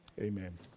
Amen